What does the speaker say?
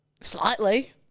Slightly